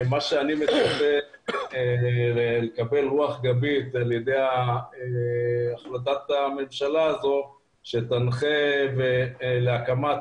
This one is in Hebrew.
אני מקווה לקבל רוח גבית על ידי החלטת הממשלה שתנחה להקמת